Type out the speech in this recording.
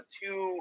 two